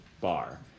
bar